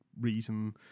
reason